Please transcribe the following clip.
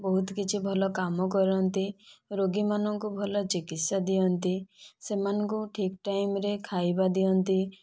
ବହୁତ କିଛି ଭଲ କାମ କରନ୍ତି ରୋଗୀମାନଙ୍କୁ ଭଲ ଚିକିତ୍ସା ଦିଅନ୍ତି ସେମାନଙ୍କୁ ଠିକ ଟାଇମ ରେ ଖାଇବା ଦିଅନ୍ତି